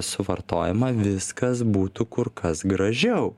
suvartojamą viskas būtų kur kas gražiau